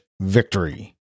victory